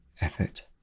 effort